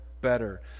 Better